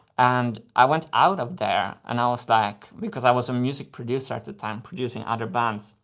and i went out of there and i was, like. because i was a music producer at the time, producing other bands,